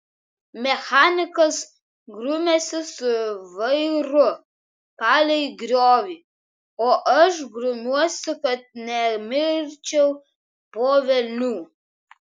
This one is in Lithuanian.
mechanikas grumiasi su vairu palei griovį o aš grumiuosi kad nemirčiau po velnių